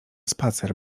spacer